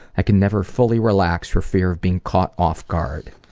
i can never fully relax for fear of being caught off-guard.